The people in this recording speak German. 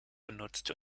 benutzt